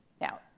Now